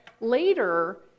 later